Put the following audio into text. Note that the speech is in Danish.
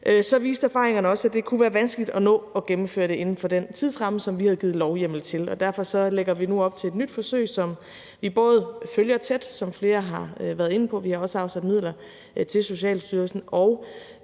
og ønsket – var, at det kunne være vanskeligt at nå at gennemføre det inden for den tidsramme, som vi havde givet lovhjemmel til, og derfor lægger vi nu op til et nyt forsøg, som vi følger tæt, som flere har været inde på, og vi har også afsat midler til Socialstyrelsen,